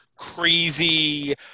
crazy